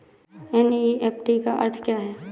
NEFT का अर्थ क्या है?